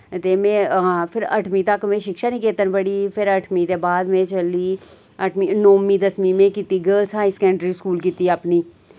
ते मैं हां फिर अठमीं तक मैं शिक्षा निकेतन पढ़ी फिर अठमीं दे बाद मैं चली अठमी नौमीं दसमीं मैं कीती गर्ल्स हायर सेकेंडरी स्कूल कीती अपनी